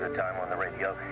time on the radio.